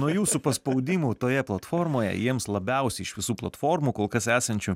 nuo jūsų paspaudimų toje platformoje jiems labiausiai iš visų platformų kol kas esančių